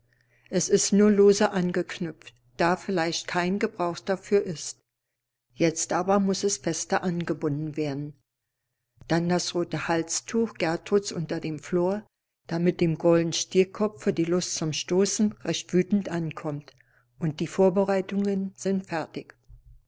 es ist nur lose angeknüpft da vielleicht kein gebrauch dafür ist jetzt aber muß es fester angebunden werden dann das rote halstuch gertruds unter dem flor damit dem goldenen stierkopfe die lust zum stoßen recht wütend ankommt und die vorbereitungen sind fertig